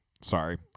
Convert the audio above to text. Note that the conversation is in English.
Sorry